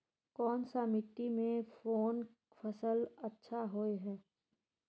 कोन सा मिट्टी में कोन फसल अच्छा होय है?